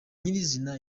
nyirizina